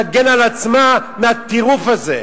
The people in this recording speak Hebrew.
להגן על עצמה מהטירוף הזה.